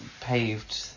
paved